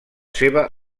seva